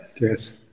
Yes